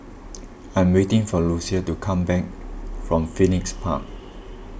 I'm waiting for Lucius to come back from Phoenix Park